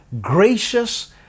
gracious